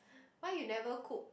why you never cook